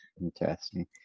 Interesting